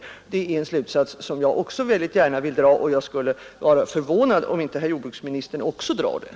Det är en slutsats som även jag gärna vill dra, och jag skulle vara förvånad om inte också herr jordbruksministern har den åsikten.